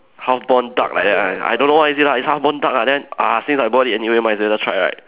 half born duck like that right I don't know what is it lah it's half born duck lah then uh since I've bought it anyway must as well just try right